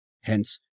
Hence